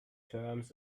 terms